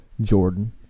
jordan